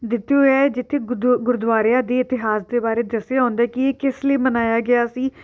ਦਿੱਤੇ ਹੋਏ ਹੈ ਜਿੱਥੇ ਗੁਦੁ ਗੁਰਦੁਆਰਿਆਂ ਦੀ ਇਤਿਹਾਸ ਦੇ ਬਾਰੇ ਦੱਸਿਆ ਹੁੰਦਾ ਕਿ ਇਹ ਕਿਸ ਲਈ ਮਨਾਇਆ ਗਿਆ ਸੀ